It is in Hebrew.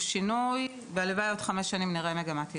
שינוי והלוואי עוד חמש שנים נראה מגמת ירידה.